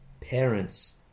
parents